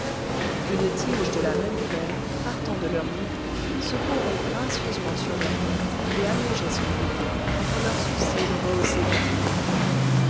une tige de la même fleur partant de leur nuque se courbait gracieusement sur leur tête et allongeait son bouton entre leurs sourcils rehaussés d'antimoine